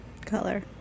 color